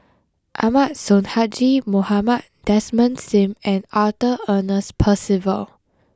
Ahmad Sonhadji Mohamad Desmond Sim and Arthur Ernest Percival